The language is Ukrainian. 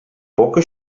поки